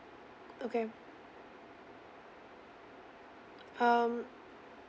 okay um